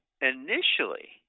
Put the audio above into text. Initially